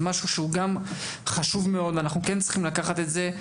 זה משהו שהוא גם חשוב מאוד ואנחנו כן צריכים לקחת את זה.